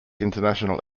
international